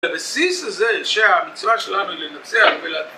הבסיס הזה שהמצווה שלנו היא לנצח ול